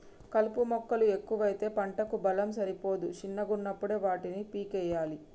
కలుపు మొక్కలు ఎక్కువైతే పంటకు బలం సరిపోదు శిన్నగున్నపుడే వాటిని పీకేయ్యలే